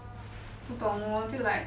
不懂 lor 我就 like